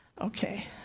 Okay